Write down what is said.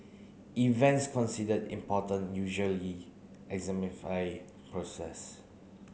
events considered important usually exemplify process